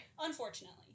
Unfortunately